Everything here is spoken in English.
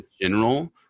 general